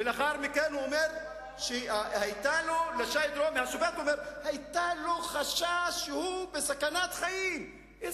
ואחר כך השופט בא ואומר שהיה לשי דרומי חשש שהוא בסכנת חיים.